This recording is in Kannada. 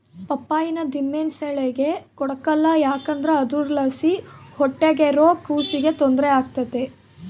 ಪಪ್ಪಾಯಿನ ದಿಮೆಂಸೇಳಿಗೆ ಕೊಡಕಲ್ಲ ಯಾಕಂದ್ರ ಅದುರ್ಲಾಸಿ ಹೊಟ್ಯಾಗಿರೋ ಕೂಸಿಗೆ ತೊಂದ್ರೆ ಆಗ್ತತೆ